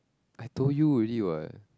I told you already what